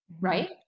Right